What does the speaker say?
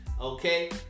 okay